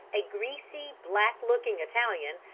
a greasy, black-looking italian,